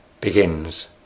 begins